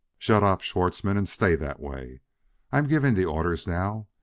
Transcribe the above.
shut up, schwartzmann, and stay that way i'm giving the orders now.